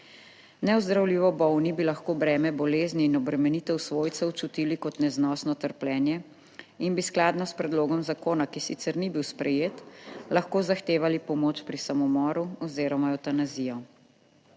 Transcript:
Neozdravljivo bolni bi lahko breme bolezni in obremenitev svojcev čutili kot neznosno trpljenje in bi skladno s predlogom zakona, ki sicer ni bil sprejet, lahko zahtevali pomoč pri samomoru oziroma evtanazijo.